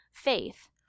faith